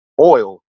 oil